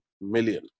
million